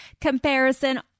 comparison